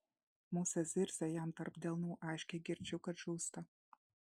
musė zirzia jam tarp delnų aiškiai girdžiu kad žūsta